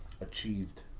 achieved